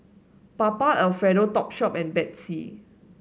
Papa Alfredo Topshop and Betsy